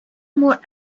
more